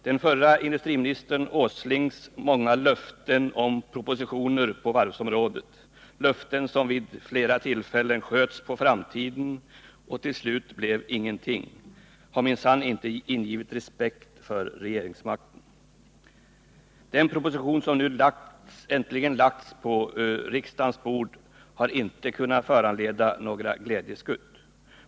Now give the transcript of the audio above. Den förre industriministern Åslings många löften om propositioner om varvsproblemen, löften som vid ett flertal tillfällen sköts på framtiden och till slut blev till ingenting, har minsann inte ingivit respekt för regeringsmakten. Den proposition som nu äntligen lagts på riksdagens bord har inte kunnat föranleda några glädjeskutt.